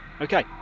Okay